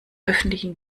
öffentlichen